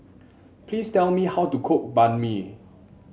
please tell me how to cook Banh Mi